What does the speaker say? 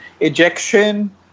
ejection